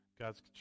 God's